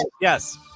Yes